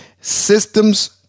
systems